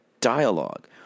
dialogue